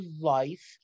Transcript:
life